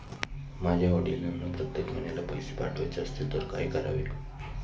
माझ्या वडिलांना प्रत्येक महिन्याला पैसे पाठवायचे असतील तर काय करावे?